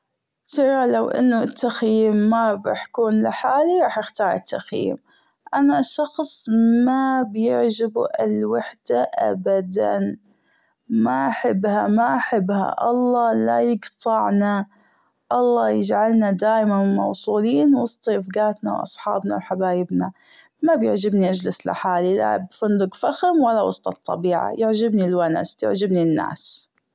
ترى لو أنه التخييم ما راح كون لحالي راح أختار التخييم أنا شخص ما بيعجبه الوحدة أبدا ماحبها ماحبها الله لا يقطعنا الله يجعلنا دايما موصولين وسط رفجاتنا وأصحابنا وحبايبنا مابيعجبني أجلس لحالي لا بفندق ضخم ولا وسط الطبيعة يعجبني الونس تعجبني الناس.